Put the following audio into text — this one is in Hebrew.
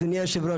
אדוני היו"ר,